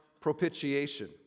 propitiation